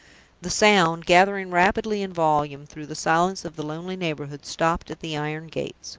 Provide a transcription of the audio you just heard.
the sound, gathering rapidly in volume through the silence of the lonely neighborhood, stopped at the iron gates.